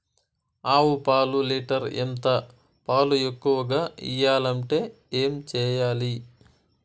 ఆవు పాలు లీటర్ ఎంత? పాలు ఎక్కువగా ఇయ్యాలంటే ఏం చేయాలి?